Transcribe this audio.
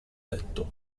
letto